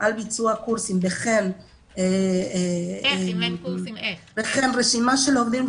על ביצוע קורסים וכן רשימה של עובדים,